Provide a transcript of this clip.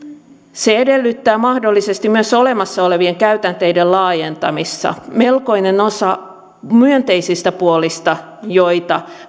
se edellyttää mahdollisesti myös olemassa olevien käytänteiden laajentamista melkoinen osa niistä myönteisistä puolista joita